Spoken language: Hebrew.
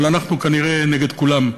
אבל אנחנו כנראה נגד כולם,